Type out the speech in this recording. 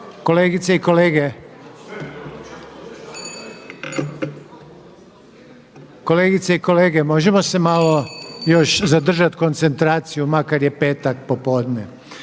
Kolegice i kolege, možemo se još malo zadržati koncentraciju makar je petak popodne.